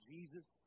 Jesus